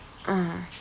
mm